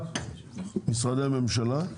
רק של משרדי הממשלה,